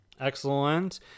Excellent